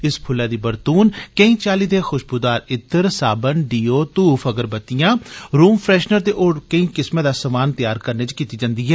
इस फुल्लै दी बरतून केंई चाली दे खुशबरेदार इत्र साबन डियो धूफ अगरबत्तियां रूम फ्रेशनर ते होर केंई किस्मै दा समान तैयार करने च कीती जन्दी ऐ